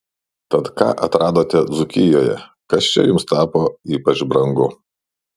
tad ką atradote dzūkijoje kas čia jums tapo ypač brangu